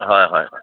হয় হয় হয়